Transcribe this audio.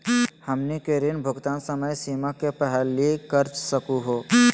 हमनी के ऋण भुगतान समय सीमा के पहलही कर सकू हो?